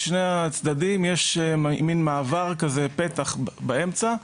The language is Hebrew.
הצדדים, יש מין מעבר כזה פתח באמצע,